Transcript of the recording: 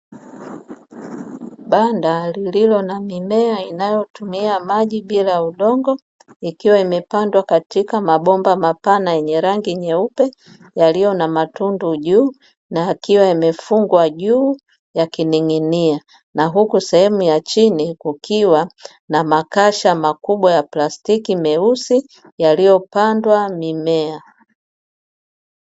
Banda lililo na mimea inayotumia maji bila udongo ikiwa imepandwa katika mabomba mapana yenye rangi nyeupe yaliyo na matundu juu, na yakiwa yamefungwa juu yakining'inia na huku sehemu ya chini kukiwa na makasha makubwa ya plastiki meusi yaliyopandwa mimea.